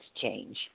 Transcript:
change